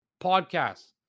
podcasts